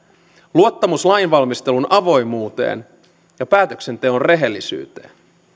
luottamus lainvalmistelun avoimuuteen ja päätöksenteon rehellisyyteen